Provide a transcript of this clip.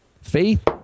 Faith